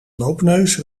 loopneus